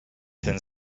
ten